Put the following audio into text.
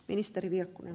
arvoisa puhemies